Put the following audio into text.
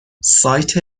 سایت